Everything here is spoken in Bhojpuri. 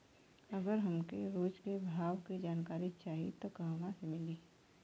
अगर हमके रोज के भाव के जानकारी चाही त कहवा से मिली?